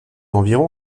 environ